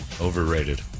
overrated